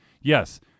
yes